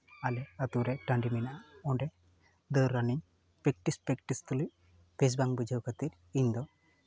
ᱟᱞᱮ ᱟᱹᱛᱩᱨᱮ ᱴᱟᱹᱰᱤ ᱢᱮᱱᱟᱜ ᱚᱰᱮ ᱫᱟᱹᱲ ᱨᱟᱱᱤᱝ ᱯᱨᱮᱠᱴᱤᱥ ᱯᱨᱮᱠᱴᱤᱥ ᱛᱩᱞᱩᱡ ᱵᱮᱥ ᱵᱟᱝ ᱵᱩᱡᱷᱟᱹᱣ ᱠᱷᱟᱹᱛᱤᱨ ᱤᱧ ᱫᱚ